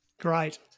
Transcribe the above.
Great